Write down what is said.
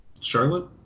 Charlotte